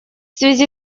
связи